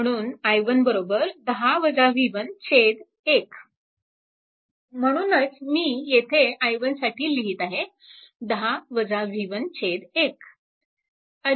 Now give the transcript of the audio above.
म्हणून i1 1 म्हणूनच मी येथे i1 साठी लिहीत आहे 1 अधिक 12